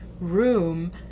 room